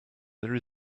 there